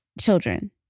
children